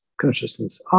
consciousness